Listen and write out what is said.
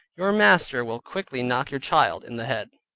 your master will quickly knock your child in the head.